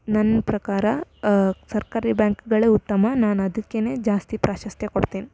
ನನ್ನ ಪ್ರಕಾರ ಸರ್ಕಾರಿ ಬ್ಯಾಂಕ್ಗಳೇ ಉತ್ತಮ ನಾನು ಅದಕ್ಕೇ ಜಾಸ್ತಿ ಪ್ರಾಶಸ್ತ್ಯ ಕೊಡ್ತೀನಿ